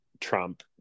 Trump